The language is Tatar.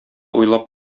уйлап